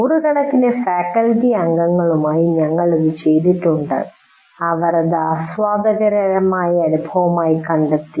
നൂറുകണക്കിന് ഫാക്കൽറ്റി അംഗങ്ങളുമായി ഞങ്ങൾ ഇത് ചെയ്തിട്ടുണ്ട് അവർ ഇത് ആസ്വാദ്യകരമായ അനുഭവമായി കണ്ടെത്തി